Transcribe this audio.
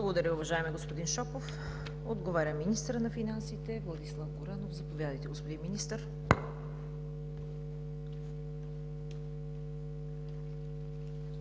Благодаря, уважаеми господин Шопов. Ще отговаря министърът на финансите господин Владислав Горанов. Заповядайте, господин Министър.